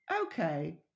okay